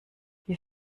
die